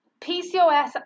pcos